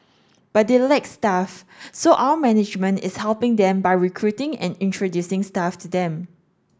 but they lack staff so our management is helping them by recruiting and introducing staff to them